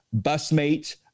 busmate